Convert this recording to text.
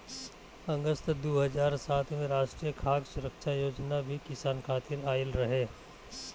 अगस्त दू हज़ार सात में राष्ट्रीय खाद्य सुरक्षा योजना भी किसान खातिर आइल रहे